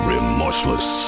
Remorseless